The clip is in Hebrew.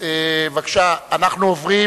אנחנו עוברים